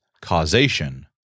causation